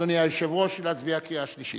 אדוני היושב-ראש, להצביע בקריאה שלישית?